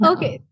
Okay